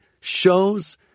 shows